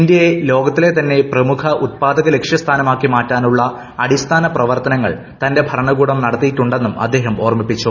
ഇന്ത്യയെ ലോകത്തിലെ തന്നെ പ്രമുഖ ഉത്പാദക ലക്ഷ്യസ്ഥാനം ആക്കി മാറ്റാനുള്ള അടിസ്ഥാന പ്രവർത്തനങ്ങൾ തന്റെ ഭരണകൂടം നടത്തിയിട്ടുണ്ടെന്നും അദ്ദേഹം ഓർമ്മിപ്പിച്ചു